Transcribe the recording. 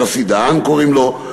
יוסי דהן קוראים לו,